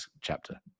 chapter